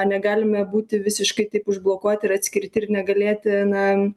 negalime būti visiškai taip užblokuoti ir atskirti ir negalėti na